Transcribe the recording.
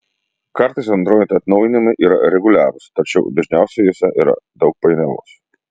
kartais android atnaujinimai yra reguliarūs tačiau dažniausiai juose yra daug painiavos